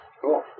cool